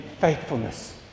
faithfulness